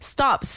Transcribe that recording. Stop